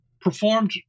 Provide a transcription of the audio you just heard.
performed